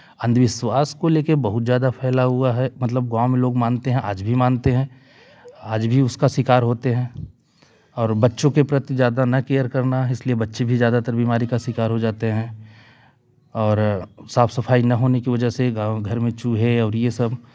अंधविश्वास को ले कर बहुत ज्यादा फैला हुआ है मतलब गाँव में लोग मानते हैं आज भी मानते हैं आज भी उसका शिकार होते हैं और बच्चों के प्रति ज्यादा ना केयर करना इसलिए बच्चे भी ज्यादातर बीमारी का शिकार हो जाते हैं और साफ सफाई ना होने की वजह से घर में चूहे और ये सब